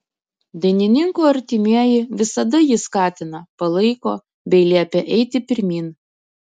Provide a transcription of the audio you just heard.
dainininko artimieji visada jį skatina palaiko bei liepia eiti pirmyn